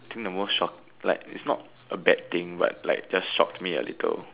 think the most shock like it's not a bad thing but like just shocked me a little